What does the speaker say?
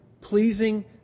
pleasing